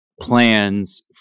plans